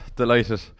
delighted